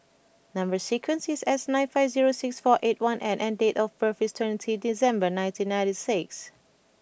number sequence is S nine five zero six four eight one N and date of birth is twenty December nineteen ninety six